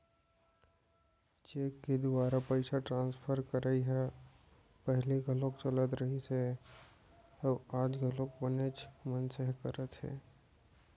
cheque के दुवारा पइसा ट्रांसफर करई ह पहिली घलौक चलत रहिस हे अउ आज घलौ बनेच मनसे ह करत हें